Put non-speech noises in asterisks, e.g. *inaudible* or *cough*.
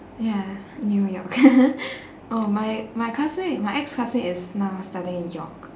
ya new york *laughs* oh my my classmate my ex-classmate is now studying in york